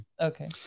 Okay